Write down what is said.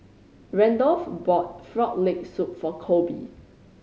Randolph bought Frog Leg Soup for Colby